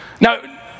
Now